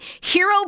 Hero